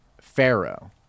Pharaoh